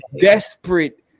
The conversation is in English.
desperate